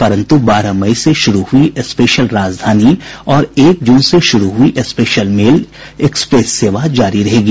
परन्तु बारह मई से शुरू हुई स्पेशल राजधानी और एक जून से शुरू हुई स्पेशल मेल एक्सप्रेस सेवा जारी रहेगी